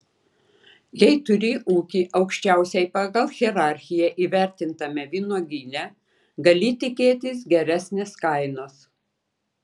jei turi ūkį aukščiausiai pagal hierarchiją įvertintame vynuogyne gali tikėtis geresnės kainos